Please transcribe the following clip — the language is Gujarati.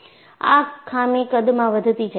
આ ખામી કદમાં વધતી જાય છે